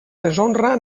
deshonra